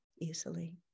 easily